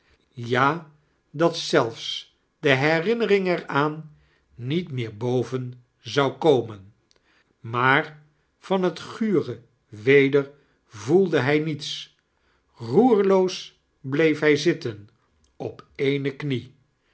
ja dat zelfs de herinnering er aan niet meer boven zou komen maar van het gure weder roelde hij niets roerloos bleef hij zitten op eene knie